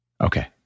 Okay